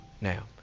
now